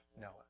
Noah